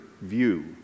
view